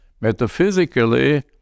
Metaphysically